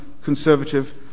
conservative